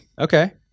Okay